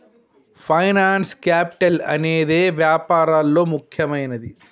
finance capital అనేదే వ్యాపారాల్లో ముఖ్యమైనది